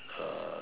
uh